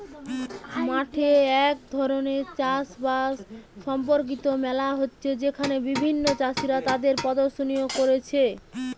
মাঠে এক ধরণের চাষ বাস সম্পর্কিত মেলা হচ্ছে যেখানে বিভিন্ন চাষীরা তাদের প্রদর্শনী কোরছে